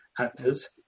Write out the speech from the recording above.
actors